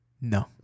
No